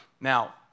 Now